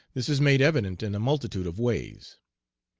this is made evident in a multitude of ways.